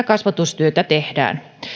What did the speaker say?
kasvatustyötä tehdään